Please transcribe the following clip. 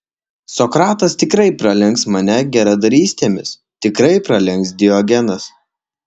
sokratas tikrai pralenks mane geradarystėmis tikrai pralenks diogenas